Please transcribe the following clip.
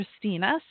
Christina